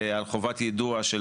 על חובת יידוע של